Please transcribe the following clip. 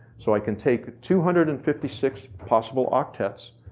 so i can take two hundred and fifty six possible octets,